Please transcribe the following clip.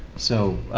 so